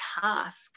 task